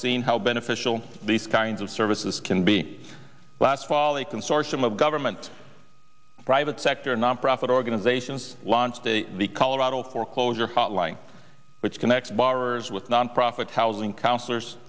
seen how beneficial these kinds of services can be last fall a consortium of government private sector nonprofit organizations launched a the colorado foreclosure hotline which connects borrowers with nonprofit housing counselors